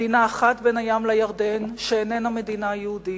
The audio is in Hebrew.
מדינה אחת בין הים לירדן שאיננה מדינה יהודית,